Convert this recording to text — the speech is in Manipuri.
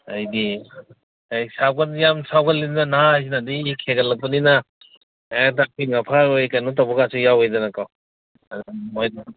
ꯑꯗꯩꯗꯤ ꯌꯥꯝ ꯁꯥꯎꯒꯜꯂꯤꯗꯅ ꯅꯍꯥ ꯍꯥꯏꯁꯤꯅꯗꯤ ꯏ ꯈꯦꯡꯒꯠꯂꯛꯄꯅꯤꯅ ꯍꯦꯛꯇ ꯑꯐꯤꯡ ꯑꯐꯥꯏ ꯑꯣꯏ ꯀꯩꯅꯣ ꯇꯧꯕꯒꯁꯨ ꯌꯥꯎꯏꯗꯅꯀꯣ ꯑꯗꯨꯅ ꯃꯣꯏꯗꯤ